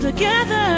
Together